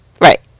Right